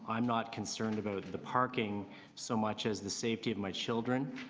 i'm not considered about the parking so much as the safety of my children.